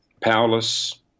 powerless